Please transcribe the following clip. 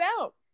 out